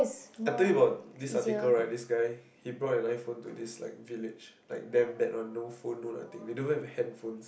I told you about this article right this guy he bought an iPhone to this like village like damn bad one no phone no nothing don't even have handphones